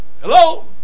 hello